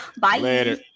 Bye